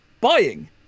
buying